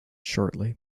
shortly